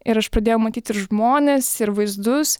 ir aš pradėjau matyti ir žmones ir vaizdus